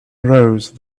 rose